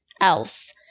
else